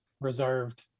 reserved